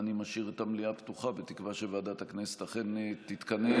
ואני משאיר את המליאה פתוחה בתקווה שוועדת הכנסת אכן תתכנס.